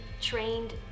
trained